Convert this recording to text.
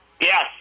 Yes